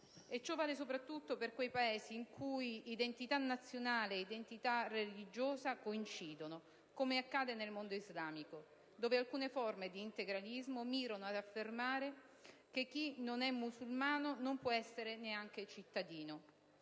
ciò vale soprattutto per quei Paesi in cui identità nazionale e identità religiosa coincidono, come accade nel mondo islamico, dove alcune forme di integralismo mirano ad affermare che chi non è musulmano non può essere neanche cittadino.